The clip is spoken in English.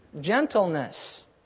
gentleness